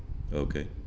okay